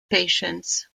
patients